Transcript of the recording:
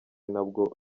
nabwo